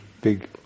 big